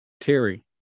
Terry